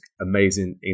amazing